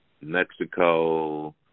Mexico